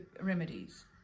remedies